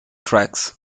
tracks